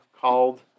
called